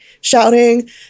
shouting